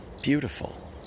beautiful